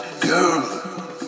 girl